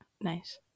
Nice